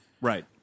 Right